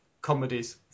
comedies